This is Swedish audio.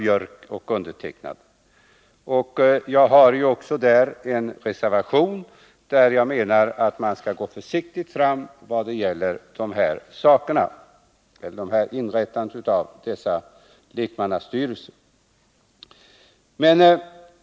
Jag hade också på den punkten en reservation, där jag hävdade att man skall gå försiktigt fram när det gäller inrättandet av dessa lekmannastyrelser.